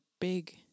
Big